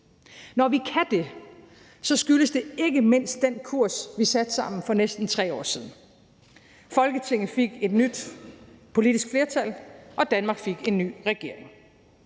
Når vi kan det, skyldes det ikke mindst den kurs, som vi satte sammen for næsten 3 år siden, hvor Folketinget fik et nyt politisk flertal og Danmark en ny regering.